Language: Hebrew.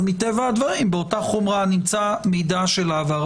אז מטבע הדברים באותה חומרה נמצא מידע של העבר.